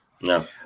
No